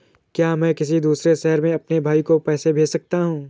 क्या मैं किसी दूसरे शहर में अपने भाई को पैसे भेज सकता हूँ?